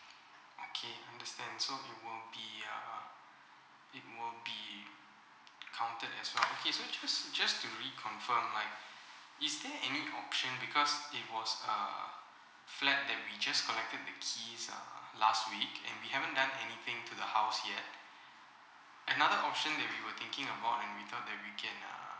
okay understand so it won't be uh it won't be counted as well okay so just just want to reconfirm like is there any option because it was uh flat that we just collected the keys uh last week and we haven't done anything to the house yet another option that we were thinking about and we thought we can uh